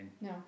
No